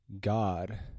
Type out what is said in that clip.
God